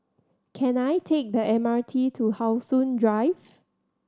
can I take the M R T to How Sun Drive